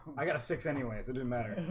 i got a six anyway to do matter